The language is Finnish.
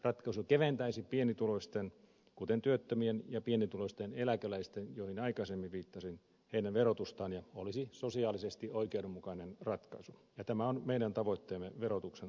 ratkaisu keventäisi pienituloisten kuten työttömien ja pienituloisten eläkeläisten joihin aikaisemmin viittasin verotusta ja olisi sosiaalisesti oikeudenmukainen ratkaisu ja tämä on meidän tavoitteemme verotuksen osalta